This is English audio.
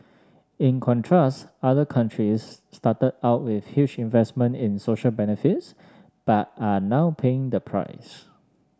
in contrast other countries started out with huge investments in social benefits but are now paying the price